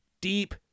deep